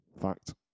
Fact